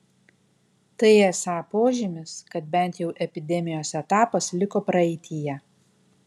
tai esą požymis kad bent jau epidemijos etapas liko praeityje